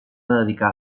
dedicar